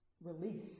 release